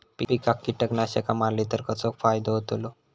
पिकांक कीटकनाशका मारली तर कसो फायदो होतलो?